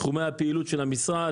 תחומי הפעילות של המשרד.